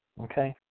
Okay